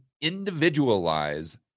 individualize